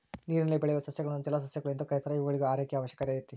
ನೀರಿನಲ್ಲಿ ಬೆಳೆಯುವ ಸಸ್ಯಗಳನ್ನು ಜಲಸಸ್ಯಗಳು ಎಂದು ಕೆರೀತಾರ ಇವುಗಳಿಗೂ ಆರೈಕೆಯ ಅವಶ್ಯಕತೆ ಐತೆ